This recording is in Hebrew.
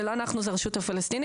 זה לא אנחנו זה הרשות הפלסטינית".